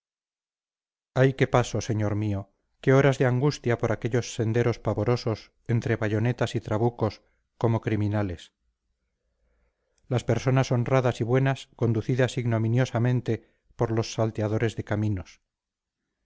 ay qué paso señor mío qué horas de angustia por aquellos senderos pavorosos entre bayonetas y trabucos como criminales las personas honradas y buenas conducidas ignominiosamente por los salteadores de caminos